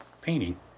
painting